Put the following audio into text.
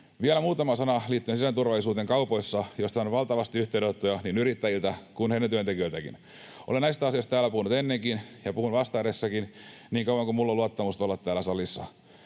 Vielä muutama sana liittyen sisäiseen turvallisuuteen kaupoissa, joista on valtavasti yhteydenottoja niin yrittäjiltä kuin heidän työntekijöiltäänkin: Olen näistä asioista täällä puhunut ennenkin ja puhun vastedeskin niin kauan kuin minulla on luottamusta olla täällä salissa.